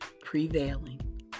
prevailing